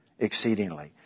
exceedingly